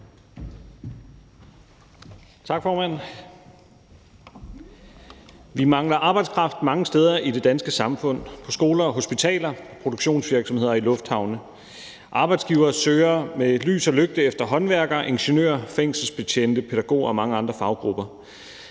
Vi mangler arbejdskraft mange steder i det danske samfund, på skoler og hospitaler, produktionsvirksomheder og i lufthavne. Arbejdsgivere søger med lys og lygte efter håndværkere, ingeniører, fængselsbetjente, pædagoger og mange andre faggrupper.